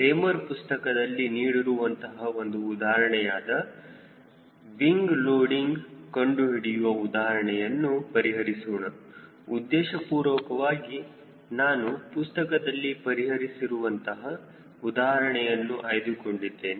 Raymer ಪುಸ್ತಕದಲ್ಲಿ ನೀಡಿರುವಂತಹ ಒಂದು ಉದಾಹರಣೆಯಾದ ಅಂತಹ ವಿಂಗ್ ಲೋಡಿಂಗ್ ಕಂಡುಹಿಡಿಯುವ ಉದಾಹರಣೆಯನ್ನು ಪರಿಹರಿಸೋಣ ಉದ್ದೇಶಪೂರ್ವಕವಾಗಿ ನಾನು ಪುಸ್ತಕದಲ್ಲಿ ಪರಿಹರಿಸಿರುವಂತಹ ಉದಾಹರಣೆಯನ್ನು ಆಯ್ದುಕೊಂಡಿದ್ದೇನೆ